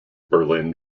berlin